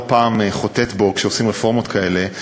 פעם חוטאת בו כשעושים רפורמות כאלה,